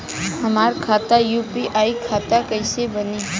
हमार खाता यू.पी.आई खाता कइसे बनी?